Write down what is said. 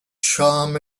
charm